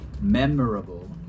memorable